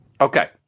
Okay